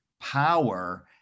power